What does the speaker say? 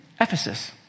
Ephesus